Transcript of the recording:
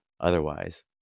otherwise